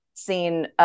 seen